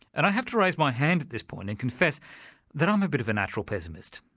and i have to raise my hand at this point and confess that i'm a bit of a natural pessimist.